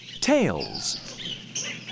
Tails